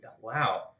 Wow